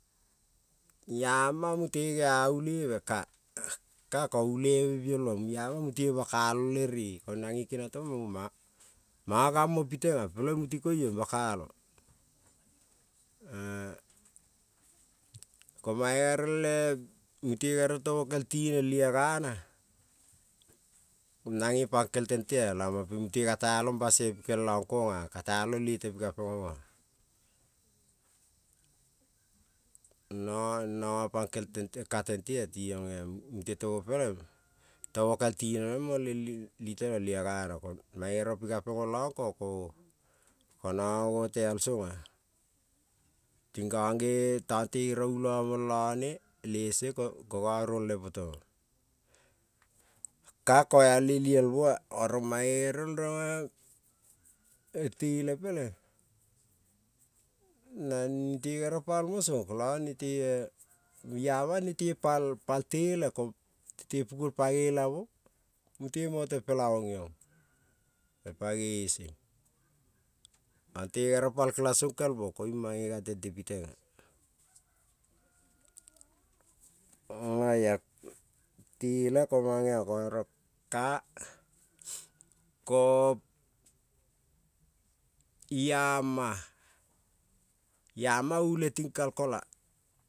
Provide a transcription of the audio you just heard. Iama mute ge a ulebe ka, ulebe be bielmo lama mute ba kalo le re te to mana gamo pitena a peleng mute koion bakalo mane gerel mute gerel temo kel tinel lia nane pankel tentea mute ka ta. Basoi pikel lon kona kata pikapen omola nono pankel mo ka tentea mute temo kel tinel mole pelen liteio meng lia gana konono no teal songa ping goo tonte ulo moione leseng ko none ruolne po tomol, ka ko ale lielmo ko mane mo a. tele te peleng nete kere paimo song kolo nete kere paimo song iama nete pugol page lamo peleng mute mote pelon yo, laong le page geseng kere pal kela song kel mo koing mane gan tente piteng e komangeon tele, ka ko iama ule ting kola.